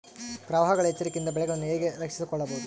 ಪ್ರವಾಹಗಳ ಎಚ್ಚರಿಕೆಯಿಂದ ಬೆಳೆಗಳನ್ನು ಹೇಗೆ ರಕ್ಷಿಸಿಕೊಳ್ಳಬಹುದು?